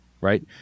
right